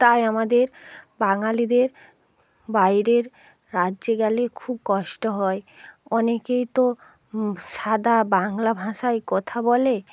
তাই আমাদের বাঙালিদের বাইরের রাজ্যে গেলে খুব কষ্ট হয় অনেকেই তো সাদা বাংলা ভাষায় কথা বলে